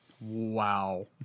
wow